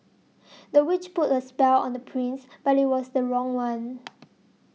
the witch put a spell on the prince but it was the wrong one